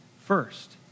first